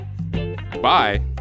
bye